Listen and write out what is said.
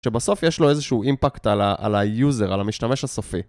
שבסוף יש לו איזשהו אימפקט על היוזר, על המשתמש הסופי.